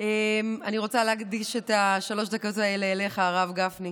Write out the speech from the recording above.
אני רוצה להקדיש את שלוש הדקות האלה לך, הרב גפני.